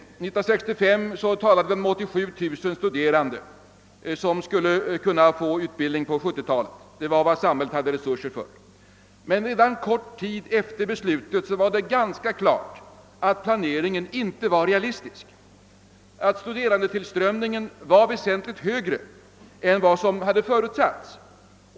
1965 sades det att 87 000 studerande skulle erhålla universitetsutbildning under 1970 talet; det var vad samhället hade resurser för. Men redan kort tid efter beslutet stod det ganska klart att den planeringen inte var realistisk och att studerandetillströmningen var = väsentligt större än vad som hade förutsetts.